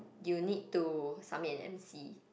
you need to submit an m_c